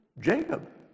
Jacob